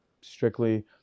strictly